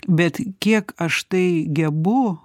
bet kiek aš tai gebu